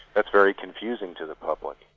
that's very confusing to the public.